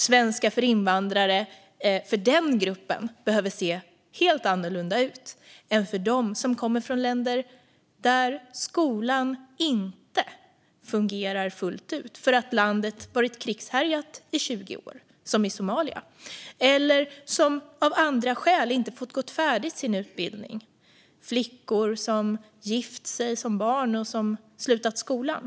Svenska för invandrare för den gruppen behöver se helt annorlunda ut än för dem som kommer från länder där skolan inte fungerar fullt ut för att landet varit krigshärjat i 20 år, som i Somalia, eller för dem som av andra skäl inte har fått gå färdigt sin utbildning. Det kan vara flickor som gift sig som barn och som då slutat skolan.